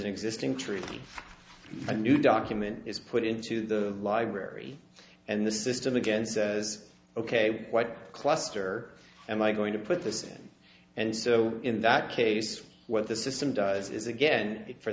an existing treaty a new document is put into the library and the system again says ok what a cluster and i'm going to put this in and so in that case what the system does is again for